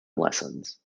lessons